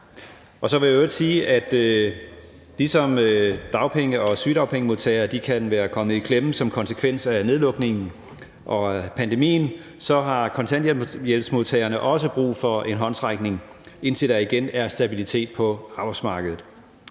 nu. Så vil jeg i øvrigt sige, at ligesom dagpengemodtagere og sygedagpengemodtagere kan være kommet i klemme som konsekvens af nedlukningen og pandemien, har kontanthjælpsmodtagerne også brug for en håndsrækning, indtil der igen er stabilitet på arbejdsmarkedet.